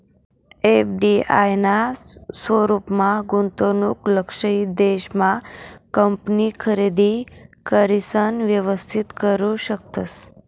FDI ना स्वरूपमा गुंतवणूक लक्षयित देश मा कंपनी खरेदी करिसन व्यवस्थित करू शकतस